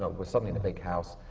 ah we're suddenly in a big house,